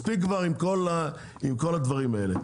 מספיק כבר עם כל הדברים האלה.